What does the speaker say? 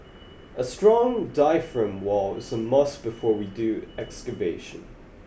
a strong diaphragm wall is a must before we do excavation